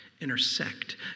intersect